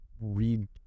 read